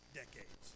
decades